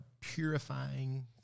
purifying